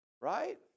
right